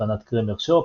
הצפנת קריימר-שופ,